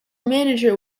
manager